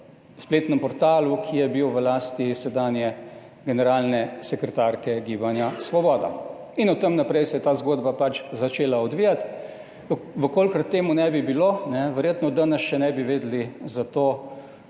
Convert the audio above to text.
spletnem portalu, ki je bil v lasti sedanje generalne sekretarke gibanja Svoboda, in od tam naprej se je ta zgodba pač začela odvijati. V kolikor temu ne bi bilo, verjetno danes še ne bi vedeli za to